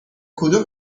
کدوم